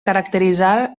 caracteritzar